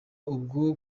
ubwo